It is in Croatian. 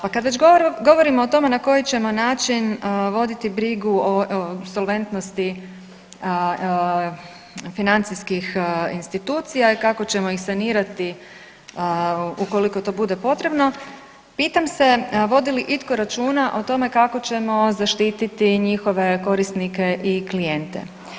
Pa kad već govorimo o tome na koji ćemo način voditi brigu o solventnosti financijskih institucija i kako ćemo ih sanirati ukoliko to bude potrebno pitam se vodi li itko računa o tome kako ćemo zaštititi njihove korisnike i klijente.